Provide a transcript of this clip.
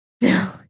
No